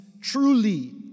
truly